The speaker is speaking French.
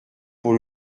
pour